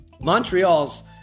Montreal's